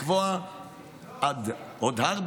לקבוע עוד ארבע